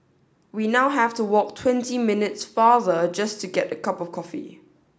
we now have to walk twenty minutes farther just to get a cup of coffee